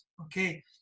okay